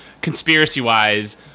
conspiracy-wise